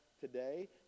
today